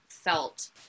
felt